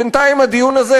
בינתיים הדיון הזה,